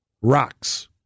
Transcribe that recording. Rocks